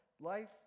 Life